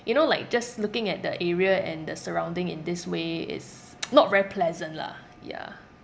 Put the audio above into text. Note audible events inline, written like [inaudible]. you know like just looking at the area and the surrounding in this way it's [noise] not very pleasant lah yeah